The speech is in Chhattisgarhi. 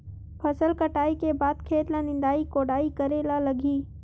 फसल कटाई के बाद खेत ल निंदाई कोडाई करेला लगही?